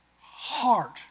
heart